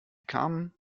kamen